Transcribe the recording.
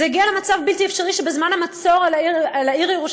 זה הגיע למצב בלתי אפשרי שבזמן המצור על העיר ירושלים,